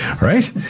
right